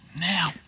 now